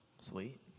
Sweet